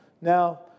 Now